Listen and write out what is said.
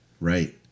Right